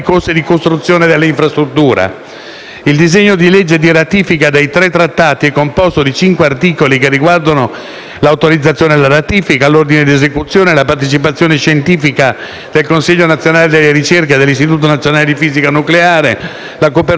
Il disegno di legge di ratifica dei tre trattati è composto di cinque articoli, che riguardano l'autorizzazione alla ratifica, l'ordine di esecuzione, la partecipazione scientifica del Consiglio nazionale delle ricerche e dell'Istituto nazionale di fisica nucleare, la copertura finanziaria e l'entrata in vigore.